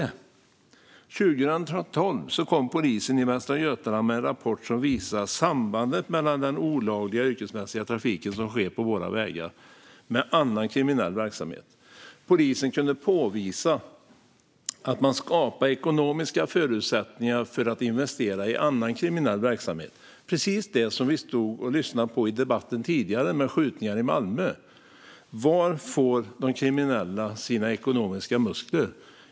År 2012 kom polisen i Västra Götaland med en rapport som visade på sambandet mellan den olagliga yrkesmässiga trafiken på våra vägar och annan kriminell verksamhet. Polisen kunde påvisa att man skapar ekonomiska förutsättningar för att investera i annan kriminell verksamhet, precis det som vi hörde i den tidigare debatten om skjutningar i Malmö. Varifrån får de kriminella sina ekonomiska muskler?